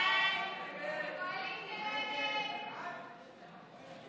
ההסתייגות (113)